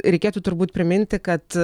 reikėtų turbūt priminti kad